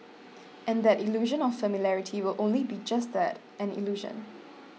and that illusion of familiarity will only be just that an illusion